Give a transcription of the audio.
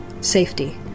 Safety